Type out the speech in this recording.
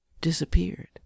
disappeared